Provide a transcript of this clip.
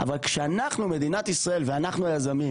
אבל כשאנחנו מדינת ישראל ואנחנו היזמים